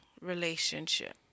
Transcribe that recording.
Relationship